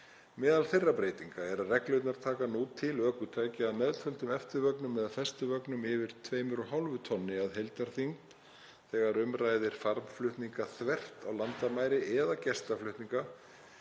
Meðal þeirra breytinga er að reglurnar taka nú til ökutækja að meðtöldum eftirvögnum eða festivögnum yfir 2,5 tonnum að heildarþyngd þegar um ræðir farmflutninga þvert á landamæri eða gestaflutninga